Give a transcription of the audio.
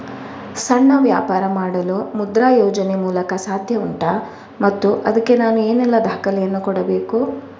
ಸಣ್ಣ ವ್ಯಾಪಾರ ಮಾಡಲು ಮುದ್ರಾ ಯೋಜನೆ ಮೂಲಕ ಸಾಧ್ಯ ಉಂಟಾ ಮತ್ತು ಅದಕ್ಕೆ ನಾನು ಏನೆಲ್ಲ ದಾಖಲೆ ಯನ್ನು ಕೊಡಬೇಕು?